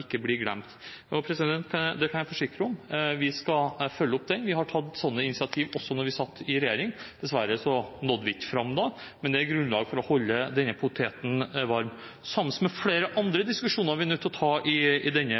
ikke blir glemt. Det kan jeg forsikre om. Vi skal følge opp det. Vi har tatt sånne initiativ også da vi satt i regjering. Dessverre nådde vi ikke fram da. Men det er grunnlag for å holde denne poteten varm, sammen med flere andre diskusjoner vi er nødt til å ta i denne salen. Migrasjon og flyktninger i